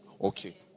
Okay